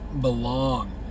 belong